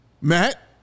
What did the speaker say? Matt